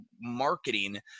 marketing